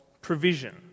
provision